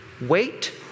wait